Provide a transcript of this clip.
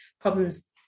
problems